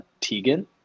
Tegan